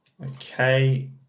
Okay